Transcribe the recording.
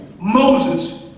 Moses